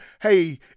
hey